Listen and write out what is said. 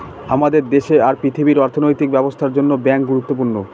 আমাদের দেশে আর পৃথিবীর অর্থনৈতিক ব্যবস্থার জন্য ব্যাঙ্ক গুরুত্বপূর্ণ